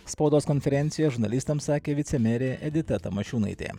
spaudos konferenciją žurnalistams sakė vicemerė edita tamošiūnaitė